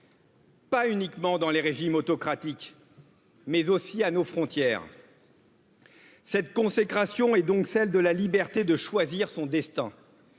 pas uniquement dans les régimes autocratiques, mais aussi à noss frontières. Cette consécration est donc celle de la liberté de choisir son destin